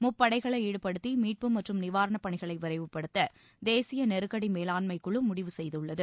முப்படைகளை ஈடுபடுத்தி மீட்பு மற்றும் நிவாரணப்பணிகளை விரைவுப்படுத்த தேசிய நெருக்கட மேலாண்மைக்குழு முடிவு செய்துள்ளது